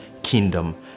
kingdom